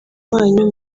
wanyu